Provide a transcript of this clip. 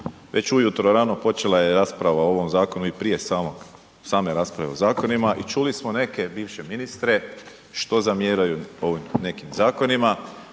Već ujutro rano počela je rasprava o ovom zakonu i prije samog, same rasprave o zakonima i čuli smo neke bivše ministre što zamjeraju ovim nekim zakonima,